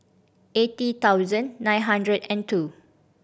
eighty thousand nine hundred and two